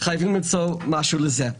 חייבים למצוא משהו לזה.